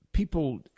People